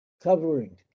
covering